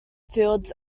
fields